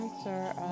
Sir